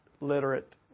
literate